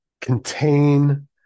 contain